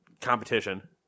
competition